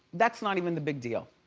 that's not even the big deal,